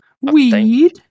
Weed